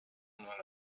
known